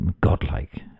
godlike